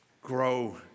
grow